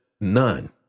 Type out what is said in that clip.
None